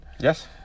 Yes